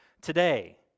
today